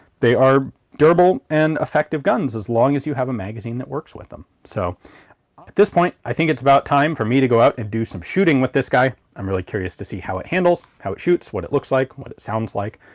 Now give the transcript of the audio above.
they are durable and effective guns as long as you have a magazine that works with them. so at this point i think it's about time for me to go out and do some shooting with this guy. i'm really curious to see how it handles, how it shoots, what it looks like, what it sounds like.